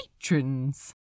patrons